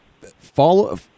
follow